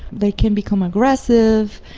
they can become aggressive,